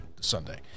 Sunday